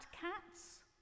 cats